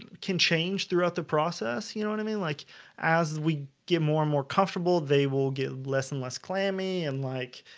can change throughout the process? you know what i mean? like as we get more and more comfortable, they will get less and less clammy and like,